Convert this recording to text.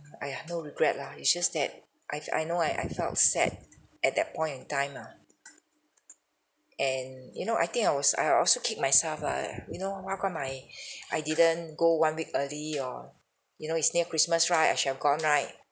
!aiya! no regret lah it's just that I I know I I felt sad at that point in time lah and you know I think I was I also kick myself lah you know how come I I didn't go one week early or you know it's near christmas right I should have gone right